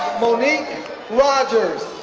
monique rogers